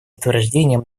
утверждения